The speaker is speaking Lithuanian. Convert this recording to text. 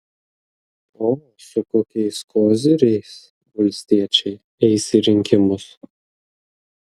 o su kokiais koziriais valstiečiai eis į rinkimus